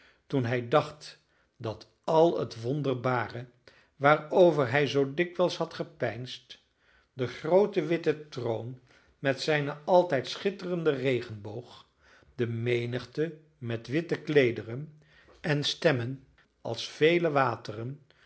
toen hij dacht dat al het wonderbare waarover hij zoo dikwijls had gepeinsd de groote witte troon met zijnen altijd schitterenden regenboog de menigte met witte kleederen en stemmen als vele wateren